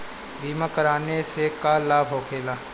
बीमा कराने से का लाभ होखेला?